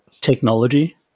technology